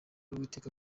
uwiteka